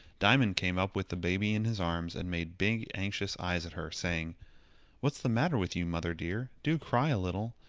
diamond came up with the baby in his arms and made big anxious eyes at her, saying what is the matter with you, mother dear? do cry a little.